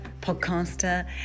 podcaster